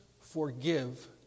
forgive